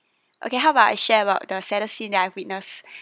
okay how about I share about the saddest scene that I've witnessed